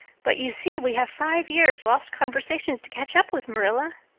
but, you see, we have five years' lost conversations to catch up with, marilla.